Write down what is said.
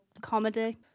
comedy